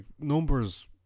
numbers